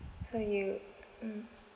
so you mm